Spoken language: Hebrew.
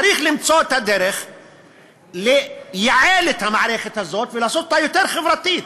צריך למצוא את הדרך לייעל את המערכת הזאת ולעשות אותה יותר חברתית: